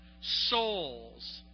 souls